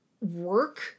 work